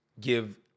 give